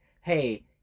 hey